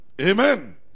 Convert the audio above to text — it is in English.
Amen